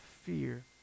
fear